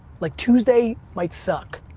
like tuesday might suck.